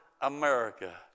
America